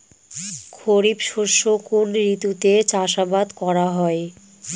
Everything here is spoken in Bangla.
খরিফ শস্য কোন ঋতুতে চাষাবাদ করা হয়?